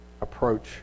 approach